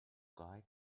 guy